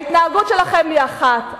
ההתנהגות שלכם היא אחת,